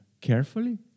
carefully